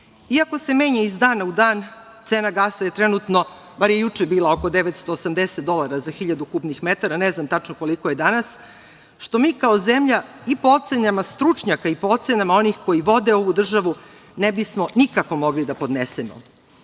Iako se menja iz dana u dan, cena gasa je trenutno, bar je juče bila, oko 980 dolara za hiljadu kubnih metara, ne znam tačno koliko je danas, što mi kao zemlja, i po ocenama stručnjaka i po ocenama onih koji vode ovu državu, ne bismo nikako mogli da podnesemo.